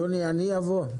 יוני אני אבוא.